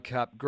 Cup